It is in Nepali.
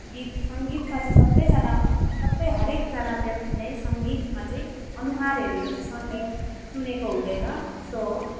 गीत सङ्गीतमा चाहिँ सबैजना हरेकजना व्यक्ति नै सङ्गीतमा चाहिँ अनुहार हेरेर चाहिँ सङ्गीत सुनेको हुँदैन सो